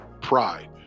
pride